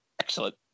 Excellent